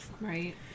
Right